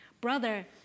Brother